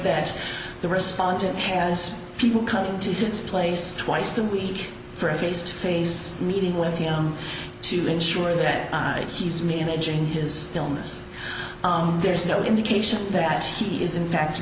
that the respondent it has people coming to his place twice a week for a face to face meeting with him to ensure that he's managing his illness there's no indication that he is in fact